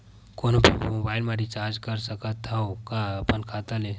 कोनो भी मोबाइल मा रिचार्ज कर सकथव का अपन खाता ले?